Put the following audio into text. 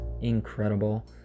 incredible